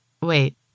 Wait